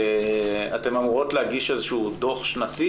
אתן אמורות להגיש איזה שהוא דו"ח שנתי